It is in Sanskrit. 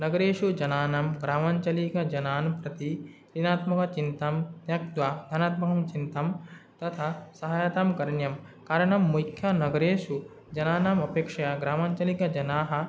नगरेषु जनानां ग्रामाञ्चलिकजनान् प्रति ऋणात्मकचिन्तां त्यक्त्वा धनात्मिकां चिन्तां तथा सहायतां करणीयं कारणं मुख्यनगरेषु जनानाम् अपेक्षया ग्रामाञ्चलिकजनाः